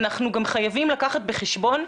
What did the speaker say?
אנחנו גם חייבים לקחת בחשבון,